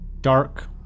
dark